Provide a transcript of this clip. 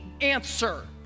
answer